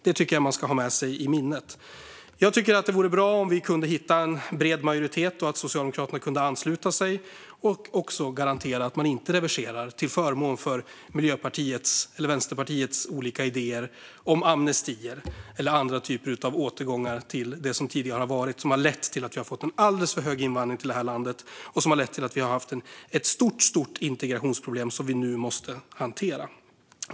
Det tycker jag att man ska ha i minnet. Jag tycker att det vore bra om vi kunde hitta en bred majoritet och Socialdemokraterna kunde ansluta sig och även garantera att man inte reverserar till förmån för Miljöpartiets eller Vänsterpartiets olika idéer om amnestier eller andra återgångar till det som tidigare har varit, som har lett till att vi har fått en alldeles för hög invandring till det här landet och ett stort integrationsproblem som vi nu måste hantera.